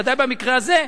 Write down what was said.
ודאי במקרה הזה,